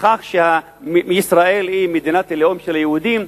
בכך שישראל היא מדינת הלאום של היהודים,